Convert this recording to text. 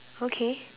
okay